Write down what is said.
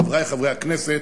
חברי חברי הכנסת,